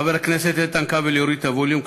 חבר הכנסת איתן כבל יוריד את הווליום,